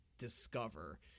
discover